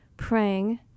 Praying